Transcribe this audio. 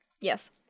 Yes